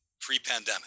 pre-pandemic